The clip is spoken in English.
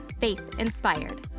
faith-inspired